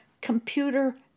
computer